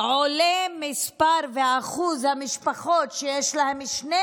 עולה מספר ואחוז המשפחות שיש בהן שני